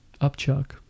Upchuck